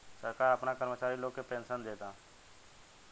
सरकार आपना कर्मचारी लोग के पेनसन देता